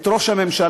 את ראש הממשלה.